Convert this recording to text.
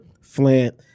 Flint